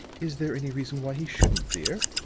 is there any reason why he shouldn't, dear?